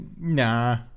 nah